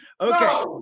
Okay